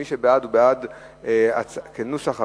מי שבעד הוא בעד נוסח הוועדה.